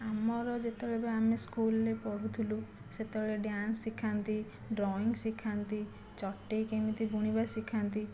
ଆମର ଯେତେବେଳେ ବି ଆମେ ସ୍କୁଲ୍ରେ ପଢ଼ୁଥିଲୁ ସେତେବେଳେ ଡ୍ୟାନ୍ସ ଶିଖାନ୍ତି ଡ୍ରଇଂ ଶିଖାନ୍ତି ଚଟେଇ କେମିତି ବୁଣିବା ଶିଖାନ୍ତି